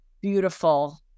beautiful